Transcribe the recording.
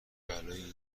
بلایی